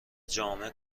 جامع